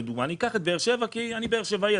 לדוגמה אני אקח את באר שבע כי אני באר שבעי,